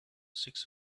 six